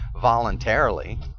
voluntarily